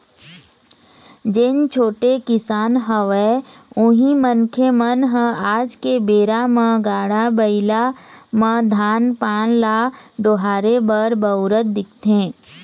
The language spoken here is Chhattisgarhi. जेन छोटे किसान हवय उही मनखे मन ह आज के बेरा म गाड़ा बइला म धान पान ल डोहारे बर बउरत दिखथे